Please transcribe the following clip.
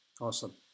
Awesome